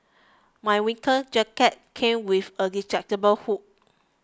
my winter jacket came with a detachable hood